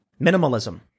minimalism